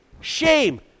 Shame